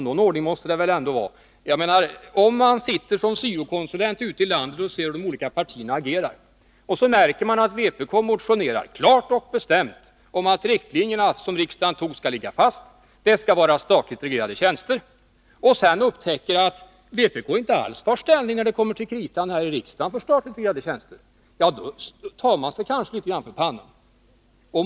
Någon ordning måste det väl ändå vara! Den som sitter som syo-konsulent ute i landet och ser hur de olika partierna agerar, märker att vpk motionerar klart och bestämt om att de riktlinjer som riksdagen antog skall ligga fast — det skall bl.a. vara statligt reglerade tjänster. När sedan syo-konsulenten upptäcker att vpk inte alls har, när det kommer till kritan här i riksdagen, tagit ställning för statligt reglerade tjänster, då tar han eller hon sig säkert för pannan.